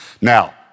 Now